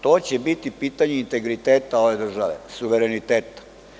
To će biti pitanje integriteta ove države, suvereniteta.